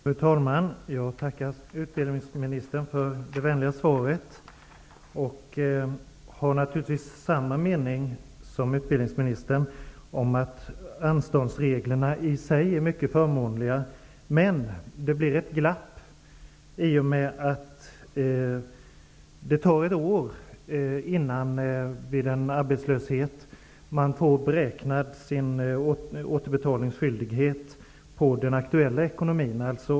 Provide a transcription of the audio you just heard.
Fru talman! Jag tackar utbildningsministern för det vänliga svaret. Jag har samma uppfattning som utbildningsministern att anståndsreglerna i sig är mycket förmånliga. Men det blir ett glapp i och med att det vid arbetslöshet tar ett år innan man får sin återbetalningsskyldighet beräknad på den aktuella ekonomin.